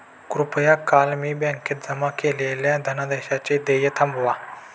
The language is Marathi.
कृपया काल मी बँकेत जमा केलेल्या धनादेशाचे देय थांबवा